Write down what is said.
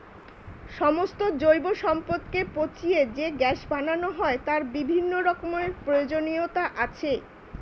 সমস্ত জৈব সম্পদকে পচিয়ে যে গ্যাস বানানো হয় তার বিভিন্ন রকমের প্রয়োজনীয়তা আছে